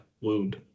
wound